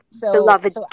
beloved